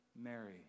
Mary